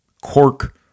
cork